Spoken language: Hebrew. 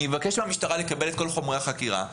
אני אבקש מהמשטרה לקבל את כל חומרי החקירה,